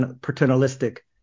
paternalistic